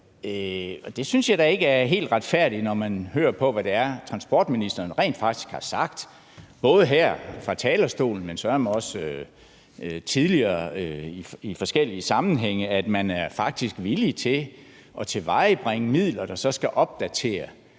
det synes jeg da ikke er helt retfærdigt, når man hører, hvad det er, transportministeren rent faktisk har sagt, både her fra talerstolen, men søreme også tidligere i forskellige sammenhænge, altså at man faktisk er villig til at tilvejebringe midler, der så skal opdatere,